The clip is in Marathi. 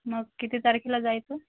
मग किती तारखेला जायचं